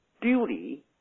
duty